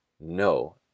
no